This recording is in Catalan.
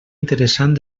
interessant